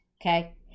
okay